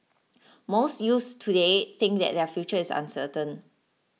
most youths today think that their future is uncertain